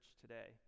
today